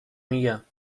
میگم